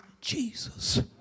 Jesus